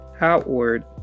outward